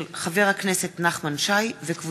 מאת חברי הכנסת נחמן שי, דב